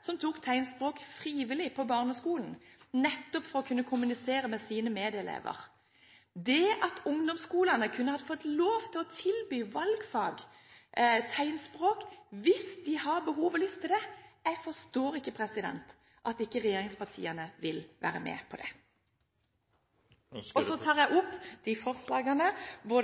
som frivillig tok tegnspråk på barneskolen nettopp for å kunne kommunisere med sine medelever. Det at ungdomsskolene kunne få lov til å tilby tegnspråk som valgfag hvis de har behov for og lyst til det, forstår jeg ikke at ikke regjeringspartiene vil være med på. Jeg tar opp de forslagene